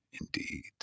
Indeed